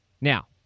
Now